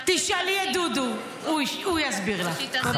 תשאלי את דודו, הוא יסביר לך.